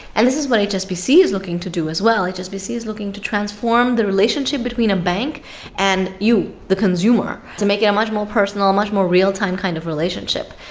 and this is what hsbc is looking to do as well. hsbc is looking to transform the relationship between a bank and you, the consumer, to make it a much more personal, much more real-time kind of relationship.